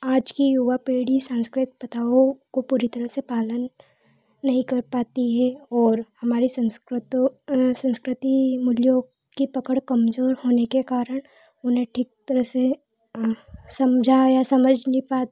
आज की युवा पीढी संस्कृत को पूरी तरह से पालन नहीं कर पाती है और हमारे संस्कृति मूल्यों की पकड़ कमजोर होने के कारण उन्हें ठीक तरह से समझा या समझ नहीं